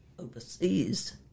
Overseas